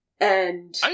And-